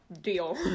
deal